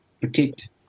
protect